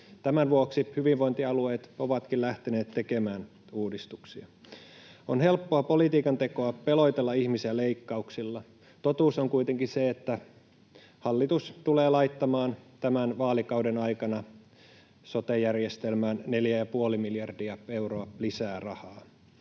Tämän vuoksi hyvinvointialueet ovatkin lähteneet tekemään uudistuksia. On helppoa politiikan tekoa pelotella ihmisiä leikkauksilla. Totuus on kuitenkin se, että hallitus tulee laittamaan tämän vaalikauden aikana sote-järjestelmään 4,5 miljardia euroa lisää rahaa.